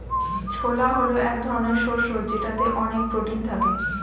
ছোলা হল এক ধরনের শস্য যেটাতে অনেক প্রোটিন থাকে